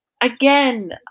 Again